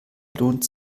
lohnt